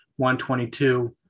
122